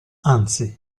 anzi